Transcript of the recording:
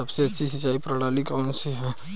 सबसे अच्छी सिंचाई प्रणाली कौन सी है?